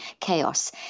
chaos